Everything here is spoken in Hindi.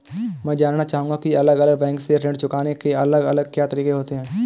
मैं जानना चाहूंगा की अलग अलग बैंक के ऋण चुकाने के अलग अलग क्या तरीके होते हैं?